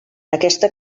aquesta